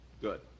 good